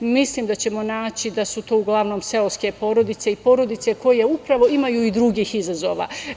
Mislim da ćemo naći da su to uglavnom seoske porodice i porodice koje upravo imaju i drugih izazova.